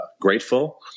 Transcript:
grateful